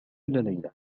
ليلة